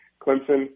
Clemson